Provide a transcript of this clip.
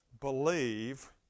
believe